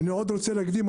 אני עוד רוצה להקדים,